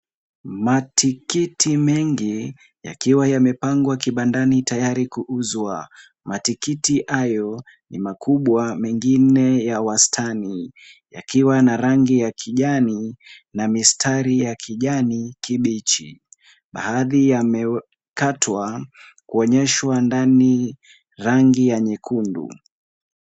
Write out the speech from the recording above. Matikiti mengi yakiwa yamepangwa kibandani tayari kuuzwa. Matikiti hayo ni makubwa mengine ya wastani yakiwa na rangi ya kijani na mistari ya kijani kibichi. Baadhi yamekatwa kuonyeshwa ndani rangi ya nyekundu.